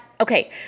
Okay